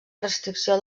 restricció